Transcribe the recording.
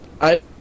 I-